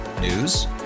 News